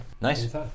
Nice